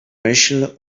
myśl